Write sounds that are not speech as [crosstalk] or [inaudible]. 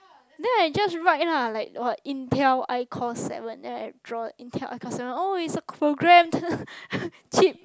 then I just write lah like what Intel I core seven then I draw the Intel I core seven oh it's a program [laughs] cheap